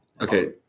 Okay